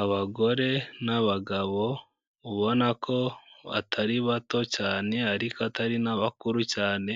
Abagore n'abagabo ubona ko atari bato cyane ariko atari n'abakuru cyane,